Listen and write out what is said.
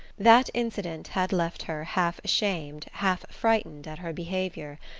that incident had left her half-ashamed, half-frightened at her behaviour,